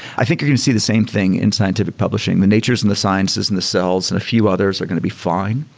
i think you're going to see the same thing in scientific publishing, the natures and the sciences and the cells and a few others are going to be fine.